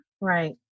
right